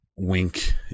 wink